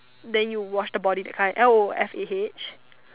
then you wash the body that kind L O F A H